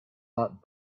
not